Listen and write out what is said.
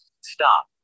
Stop